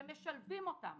שמשלבים אותם